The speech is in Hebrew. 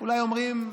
אולי אומרים,